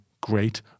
great